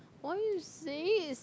why you